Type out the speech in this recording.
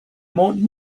more